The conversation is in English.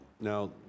Now